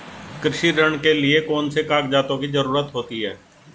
कृषि ऋण के लिऐ कौन से कागजातों की जरूरत होती है?